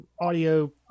audio